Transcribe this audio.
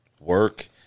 work